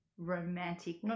romantic